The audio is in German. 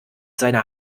seiner